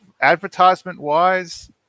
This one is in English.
advertisement-wise